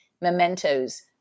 mementos